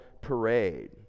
parade